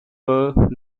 were